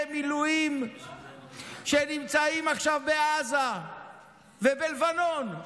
מילואים שנמצאים עכשיו בעזה ובלבנון.